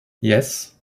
yes